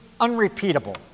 unrepeatable